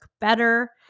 better